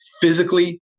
physically